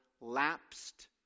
lapsed